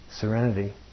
serenity